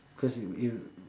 cause if if